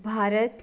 Bharat